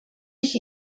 ich